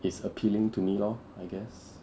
is appealing to me lor I guess